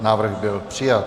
Návrh byl přijat.